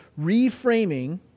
reframing